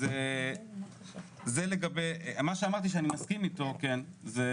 אז מה שאמרתי שאני מסכים איתו --- לא